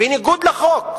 בניגוד לחוק.